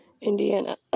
Indiana